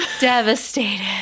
devastated